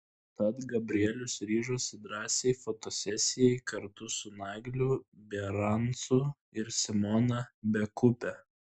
tad gabrielius ryžosi drąsiai fotosesijai kartu su nagliu bierancu ir simona bekupe